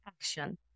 action